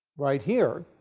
right here,